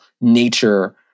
nature